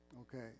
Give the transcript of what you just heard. Okay